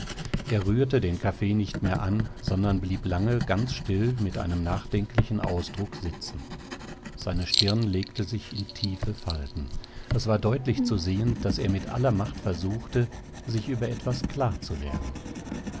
er rührte den kaffee nicht mehr an sondern blieb lange ganz still mit einem nachdenklichen ausdruck sitzen seine stirn legte sich in tiefe falten es war deutlich zu sehen daß er mit aller macht versuchte sich über etwas klar zu werden